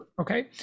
okay